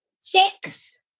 Six